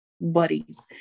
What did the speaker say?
buddies